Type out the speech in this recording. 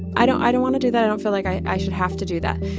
i don't i don't want to do that. i don't feel like i i should have to do that.